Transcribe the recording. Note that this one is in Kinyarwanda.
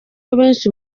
abenshi